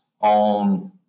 on